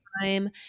time